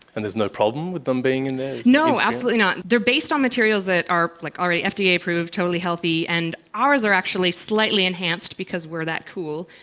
and there's no problem with them being in there? no, absolutely not. they are based on materials that are like already fda yeah approved, totally healthy, and ours are actually slightly enhanced, because we are that cool.